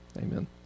Amen